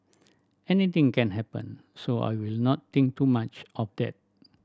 anything can happen so I will not think too much of that